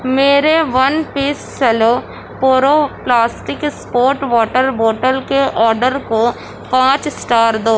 میرے one piece cello puro plastic sport water bottle کے order کو پانچ اسٹار دو